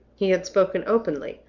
he had spoken openly,